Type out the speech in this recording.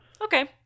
Okay